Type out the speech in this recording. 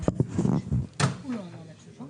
של הסביבה,